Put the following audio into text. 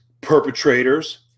perpetrators